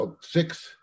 six